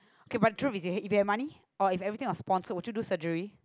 okay but truth is if you had money or if everything was sponsored would you do surgery